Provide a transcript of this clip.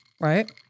right